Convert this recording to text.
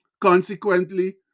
Consequently